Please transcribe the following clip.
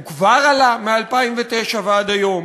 הוא כבר עלה מ-2009 ועד היום,